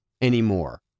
anymore